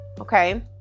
okay